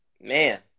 man